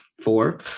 Four